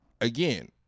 Again